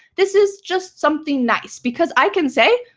this is just something nice because i can say,